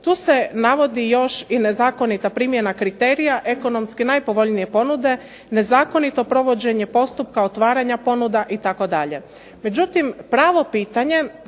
Tu se navodi još i nezakonita primjena kriterija ekonomski najpovoljnije ponude, zakonito provođenje postupka otvaranja ponuda itd.